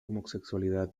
homosexualidad